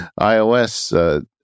iOS